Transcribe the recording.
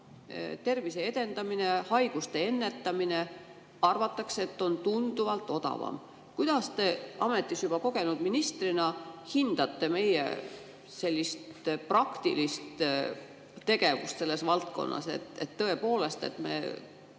tervise edendamine ja haiguste ennetamine arvatakse olevat tunduvalt odavam. Kuidas te ametis juba kogenud ministrina hindate meie praktilist tegevust selles valdkonnas, et tõepoolest me,